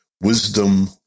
Wisdom